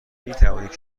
میتوانید